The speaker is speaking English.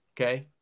Okay